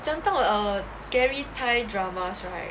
讲到 err scary thai dramas right